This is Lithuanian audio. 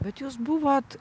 bet jūs buvot